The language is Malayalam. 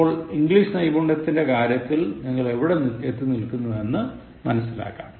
അപ്പോൾ ഇംഗ്ലീഷ് നൈപുണ്യത്തിന്റെ കാര്യത്തിൽ നിങ്ങൾ എവിടെ എത്തി നിൽക്കുന്നു എന്ന് മനസിലാക്കാം